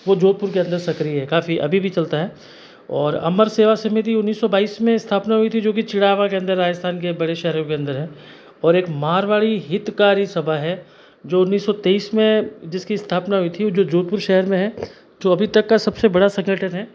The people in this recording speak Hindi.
वो जोधपुर के अंदर सक्रिय है काफ़ी अभी भी चलता है और अमर सेवा समिति उन्नीस सौ बाईस में स्थापना हुई थी जो की चिड़ावा के अंदर राजस्थान के बड़े शहरों के अंदर है और एक मारवाड़ी हितकारी सभा है जो उन्नीस सौ तेईस में जिसकी स्थापना हुई थी जो जोधपुर शहर में है जो अभी तक का सबसे बड़ा संगठन है